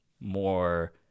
more